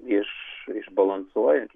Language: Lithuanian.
iš išbalansuoja